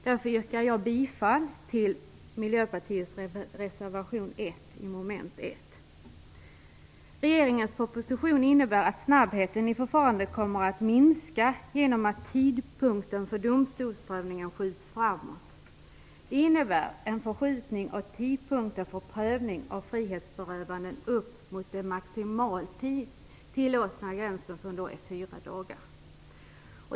Därför yrkar jag bifall till Miljöpartiets reservation 1 Regeringens proposition innebär att snabbheten i förfarandet kommer att minska genom att tidpunkten för domstolsprövningar skjuts framåt. Det innebär en förskjutning av tidpunkten för prövning av frihetsberövande upp mot den maximalt tillåtna gränsen som är fyra dagar.